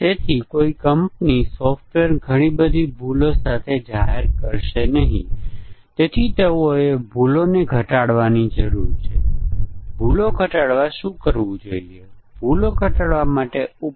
બીજી બાજુ coupling effect કારણ કે તેણે કહ્યું હતું કે બધી જટિલ ભૂલો ઘણી સરળ ભૂલોને કારણે થાય છે અને જો આપણે સરળ ભૂલો માટે તપાસીએ તો તે જટિલ ભૂલોને તપાસવા માટે પૂરતી હોવી જોઈએ તેમજ આપણે પ્રોગ્રામમાં જટિલ ભૂલની પરિચય આપવાની જરૂર નથી